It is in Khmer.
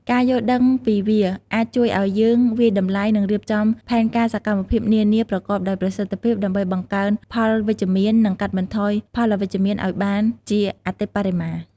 ការយល់ដឹងពីវា អាចជួយឱ្យយើងវាយតម្លៃ និងរៀបចំផែនការសកម្មភាពនានាប្រកបដោយប្រសិទ្ធភាព ដើម្បីបង្កើនផលវិជ្ជមាន និងកាត់បន្ថយផលអវិជ្ជមានឱ្យបានជាអតិបរមា។